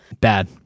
Bad